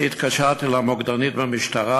אני התקשרתי למוקדנית במשטרה.